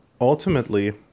ultimately